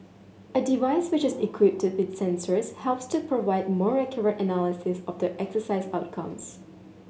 a device which is equipped with sensors helps to provide more accurate analysis of the exercise outcomes